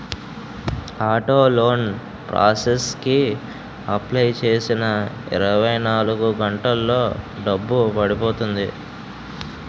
auto loan process కి apply చేసిన ఇరవై నాలుగు గంటల్లో డబ్బు పడిపోతుంది